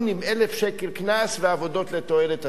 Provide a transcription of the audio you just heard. עם 1,000 שקל קנס ועבודות לתועלת הציבור.